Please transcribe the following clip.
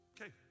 Okay